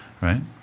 Right